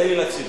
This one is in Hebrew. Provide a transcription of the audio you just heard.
תן.